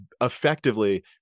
effectively